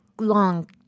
long